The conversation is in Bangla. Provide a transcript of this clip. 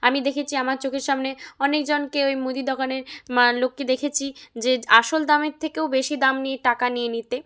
আমি দেখেছি আমার চোখের সামনে অনেকজনকে ওই মুদি দোকানের লোককে দেখেছি যে আসল দামের থেকেও বেশি দাম নিয়ে টাকা নিয়ে নিতে